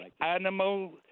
animal